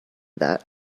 that